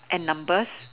and numbers